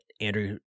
Andrew